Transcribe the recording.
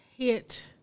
hit